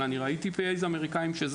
אבל ראיתי P.A אמריקנים.